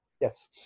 yes